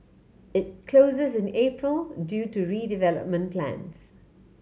it closes in April due to redevelopment plans